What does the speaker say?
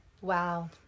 Wow